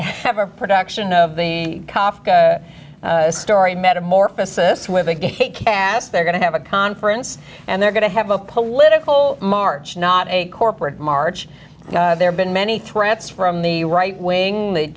have a production of the coffee story metamorphosis with it he cast they're going to have a conference and they're going to have a political march not a corporate march there been many threats from the right wing